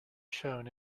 shown